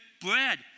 bread